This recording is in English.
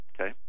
okay